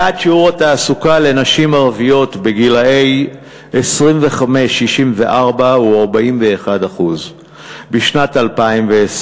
יעד שיעור התעסוקה לנשים ערביות גילאות 25 64 הוא 41% בשנת 2020,